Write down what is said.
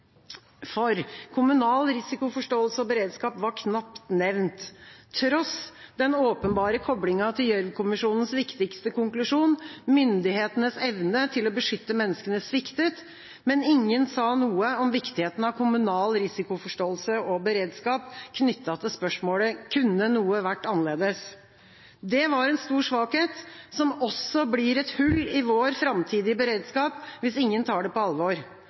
Kommunal risikoforståelse og beredskap var knapt nevnt, tross den åpenbare koblinga til Gjørv-kommisjonens viktigste konklusjon: Myndighetenes evne til å beskytte menneskene sviktet. Ingen sa noe om viktigheten av kommunal risikoforståelse og beredskap knyttet til spørsmålet: Kunne noe vært annerledes? Det var en stor svakhet, som også blir et hull i vår framtidige beredskap hvis ingen tar det på alvor.